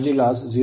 01710 ಆಗಿರುತ್ತದೆ